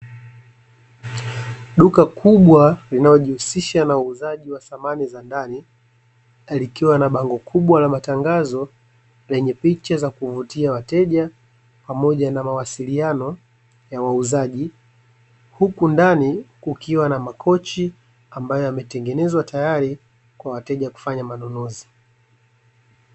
Duka kubwa linayojihusisha na uuzaji wa thamani za ndani, likiwa na bango kubwa la matangazo lenye picha za kuwavutia wateja pamoja na mawasiliano ya wauzaji. Huku ndani kukiwa na makochi, ambayo yametengenezwa tayari kwa wateja kufanya manunuzi.